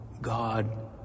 God